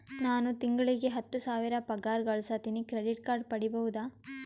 ನಾನು ತಿಂಗಳಿಗೆ ಹತ್ತು ಸಾವಿರ ಪಗಾರ ಗಳಸತಿನಿ ಕ್ರೆಡಿಟ್ ಕಾರ್ಡ್ ಪಡಿಬಹುದಾ?